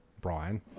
Brian